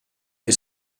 fer